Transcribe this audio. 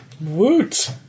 Woot